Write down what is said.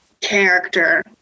character